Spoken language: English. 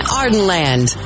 ardenland